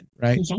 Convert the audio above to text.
right